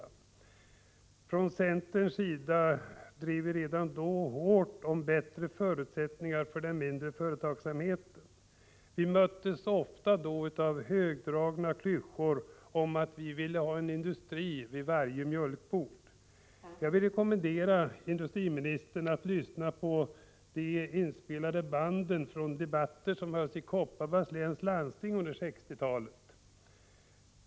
När vi från centern redan då hårt drev frågan om bättre förutsättningar för den mindre företagsamheten, möttes vi ofta av högdragna klyschor om att vi ville ha en industri vid varje mjölkbord. Jag vill rekommendera industriministern att lyssna på de inspelade banden från de debatter som hölls i Kopparbergs läns landsting under 1960-talet.